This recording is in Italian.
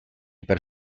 per